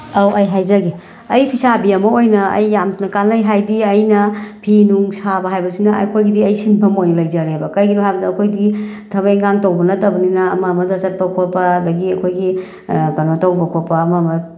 ꯑꯧ ꯑꯩ ꯍꯥꯏꯖꯒꯦ ꯑꯩ ꯐꯤ ꯁꯥꯕꯤ ꯑꯃ ꯑꯣꯏꯅ ꯑꯩ ꯌꯥꯝꯅ ꯀꯥꯟꯅꯩ ꯍꯥꯏꯗꯤ ꯑꯩꯅ ꯐꯤꯅꯨꯡ ꯁꯥꯕ ꯍꯥꯏꯕꯁꯤꯅ ꯑꯩꯈꯣꯏꯒꯤꯗꯤ ꯑꯩ ꯁꯤꯟꯐꯝ ꯑꯣꯏꯅ ꯂꯩꯖꯔꯦꯕ ꯀꯩꯒꯤꯅꯣ ꯍꯥꯏꯕꯗ ꯑꯩꯈꯣꯏꯗꯤ ꯊꯕꯛ ꯏꯟꯈꯥꯡ ꯇꯧꯕ ꯅꯠꯇꯕꯅꯤꯅ ꯑꯃ ꯑꯃꯗ ꯆꯠꯄ ꯈꯣꯠꯄ ꯑꯗꯒꯤ ꯑꯩꯈꯣꯏꯒꯤ ꯀꯩꯅꯣ ꯇꯧꯕ ꯈꯣꯠꯄ ꯑꯃ ꯑꯃ